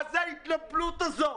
מה ההתנפלות הזאת?